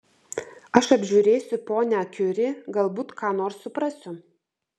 aš apžiūrėsiu ponią kiuri galbūt ką nors suprasiu